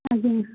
ଆଜ୍ଞା